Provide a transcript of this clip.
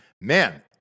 Man